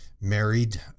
married